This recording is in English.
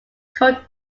cult